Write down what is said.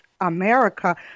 America